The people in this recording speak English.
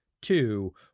two